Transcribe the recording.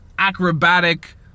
acrobatic